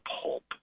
pulp